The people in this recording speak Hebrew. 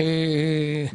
אני